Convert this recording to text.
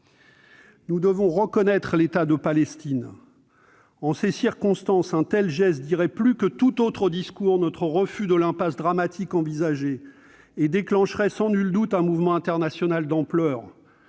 Nous devons reconnaître l'État de Palestine. En ces circonstances, un tel geste dirait mieux que tout autre discours notre refus de l'impasse dramatique envisagée et déclencherait sans nul doute un mouvement international d'ampleur.